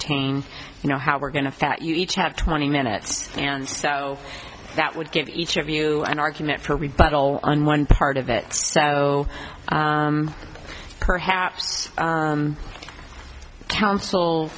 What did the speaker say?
n you know how we're going to fact you each have twenty minutes and so that would give each of you an argument for rebuttal on one part of it so perhaps coun